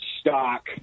Stock